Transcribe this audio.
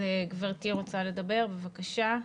גבירתי רוצה לדבר, בבקשה.